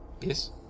Yes